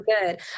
good